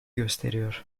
gösteriyor